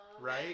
Right